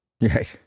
Right